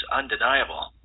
undeniable